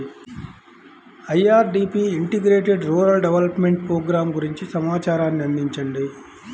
IRDP integrated rural development programme గురించి సమాచారాన్ని అందించండి?